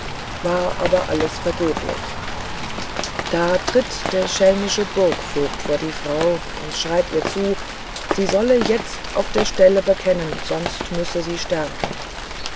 war aber alles vergeblich da tritt der schelmische burgvogt vor die frau und schreit ihr zu sy solle jetzt auf der stell bekennen ansonst müsse sy sterben